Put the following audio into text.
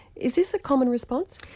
is this a common response?